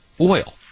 oil